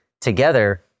together